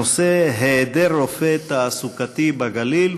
הנושא: היעדר רופא תעסוקתי בגליל.